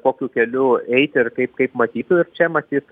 kokiu keliu eit ir kaip kaip kaip matytų ir čia matyt